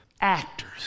actors